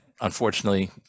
unfortunately